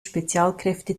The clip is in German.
spezialkräfte